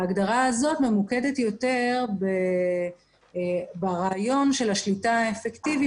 ההגדרה הזאת ממוקדת יותר ברעיון של השליטה האפקטיבית